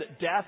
death